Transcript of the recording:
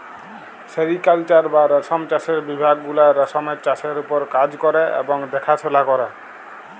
sericulture বা রেশম চাষের বিভাগ গুলা রেশমের চাষের উপর কাজ ক্যরে এবং দ্যাখাশলা ক্যরে